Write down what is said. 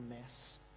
mess